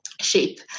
shape